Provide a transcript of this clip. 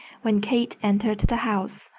when kate entered the house.